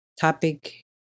topic